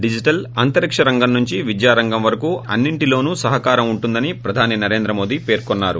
digital అంతరిక్ష రంగం నుంచి విద్యా రంగం వరకూ అన్ని ంటిలోనూ సహకారం ఉంటుందని ప్రధాని నరేంద్రమోదీ పేర్కొన్నారు